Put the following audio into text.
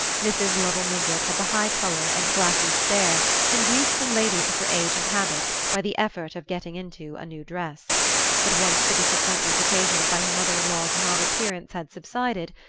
mrs. lovell mingott had the high colour and glassy stare induced in ladies of her age and habit by the effort of getting into a new dress but once the disappointment occasioned by her mother-in-law's non-appearance had subsided,